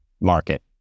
market